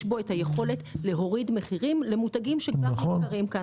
בו את היכולת להוריד מחירים למותגים שכבר נמצאים כאן.